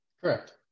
Correct